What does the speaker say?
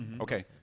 Okay